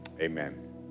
amen